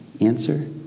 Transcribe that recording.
Answer